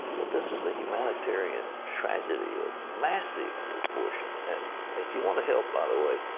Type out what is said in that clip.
but this is a humanitarian tragedy of massive proportions. and if you want to help, by the way,